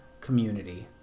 community